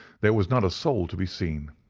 there was not a soul to be seen,